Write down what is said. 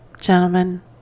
gentlemen